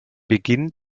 beginn